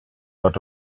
out